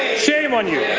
shame on you.